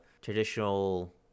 traditional